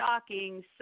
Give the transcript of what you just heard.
shocking